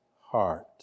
heart